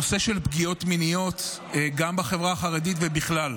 הנושא של פגיעות מיניות, גם בחברה החרדית ובכלל.